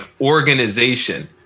organization